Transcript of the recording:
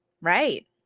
Right